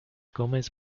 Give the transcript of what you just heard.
gómez